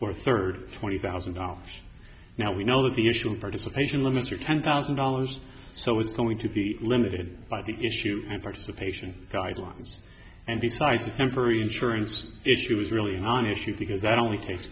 for third twenty thousand dollars now we know that the initial participation limits are ten thousand dollars so it's going to be limited by the issue of participation guidelines and the size of temporary insurance issue is really an issue because that only takes